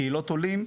קהילות עולים,